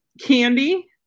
Candy